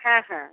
হ্যাঁ হ্যাঁ